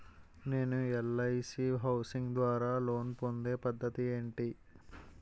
నేను LIC housing ద్వారా loan పొందే పద్ధతి ఏంటి?